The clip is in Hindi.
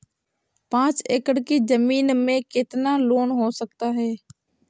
पाँच एकड़ की ज़मीन में कितना लोन हो सकता है?